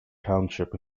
township